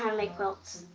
um make quilts.